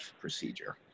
procedure